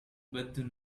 but